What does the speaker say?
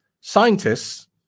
Scientists